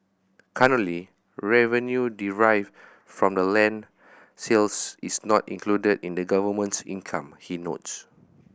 currently revenue derived from the land sales is not included in the government's income he notes